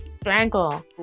strangle